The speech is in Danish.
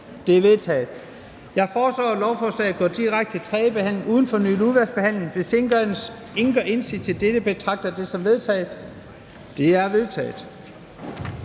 De er vedtaget. Jeg foreslår, at lovforslaget går direkte til tredje behandling uden fornyet udvalgsbehandling. Hvis ingen gør indsigelse imod dette, betragter jeg det som vedtaget. Det er vedtaget.